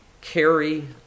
carry